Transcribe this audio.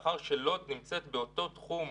מעבר לפעילות ההתקפית-מבצעית,